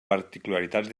particularitats